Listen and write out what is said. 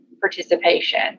participation